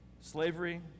Slavery